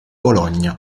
bologna